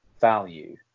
value